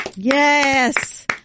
Yes